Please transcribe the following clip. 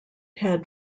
had